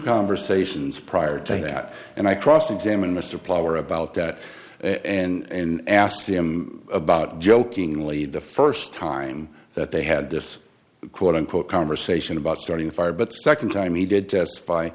conversations prior to that and i cross examined the supplier about that and asked him about jokingly the first time that they had this quote unquote conversation about starting a fire but second time he did testify